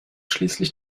schließlich